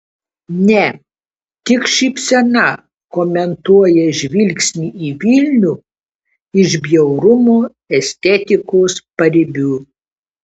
ne tik šypsena komentuoja žvilgsnį į vilnių iš bjaurumo estetikos paribių